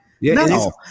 No